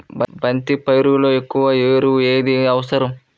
బంతి పైరులో ఎక్కువ ఎరువు ఏది అవసరం?